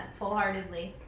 Fullheartedly